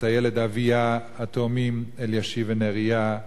את אביה, את התאומים אלישיב ונריה,